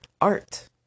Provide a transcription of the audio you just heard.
art